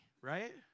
right